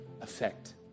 effect